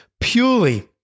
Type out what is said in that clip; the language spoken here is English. purely